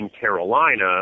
Carolina